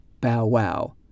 bow-wow